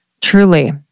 Truly